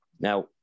now